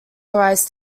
arise